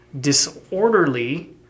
disorderly